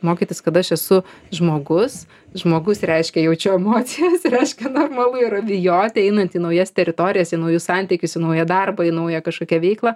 mokytis kad aš esu žmogus žmogus reiškia jaučiu emocijas reiškia normalu yra bijoti einant į naujas teritorijas į naujus santykius į naują darbą į naują kažkokią veiklą